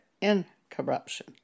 incorruption